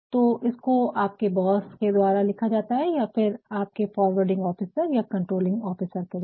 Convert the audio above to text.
तो इसको आपके बॉस के द्वारा लिखा जाता है या फिर आपके फॉरवर्डिंग ऑफिसर या कंट्रोलिंग ऑफिसर के द्वारा